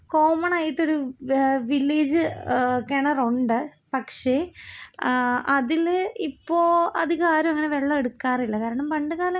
മുകേഷ് അംബാനി പിന്നെ അദാനി പോലുള്ള ആളുകളുടെ ഒക്കെ ബിസിനസ്സ് സംരംഭം എന്ന് പറഞ്ഞു കഴിഞ്ഞാൽ വളരെ വലുതാണ് അവർ പ്രോഫിറ്റുകൾ ഒത്തിരി വാരി കൂട്ടുന്നവരാണ് ആൾക്കാരാണ്